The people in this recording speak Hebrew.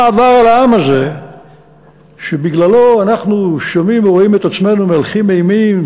מה עבר על העם הזה שבגללו אנחנו שומעים ורואים את עצמנו מהלכים אימים,